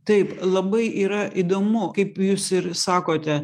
taip labai yra įdomu kaip jūs ir sakote